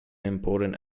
important